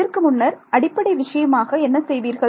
அதற்கு முன்னர் அடிப்படை விஷயமாக என்ன செய்வீர்கள்